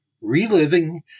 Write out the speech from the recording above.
Reliving